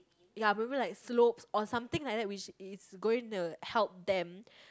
ya maybe like slopes or something like that which is going to help them